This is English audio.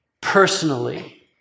personally